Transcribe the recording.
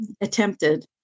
attempted